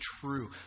true